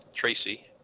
Tracy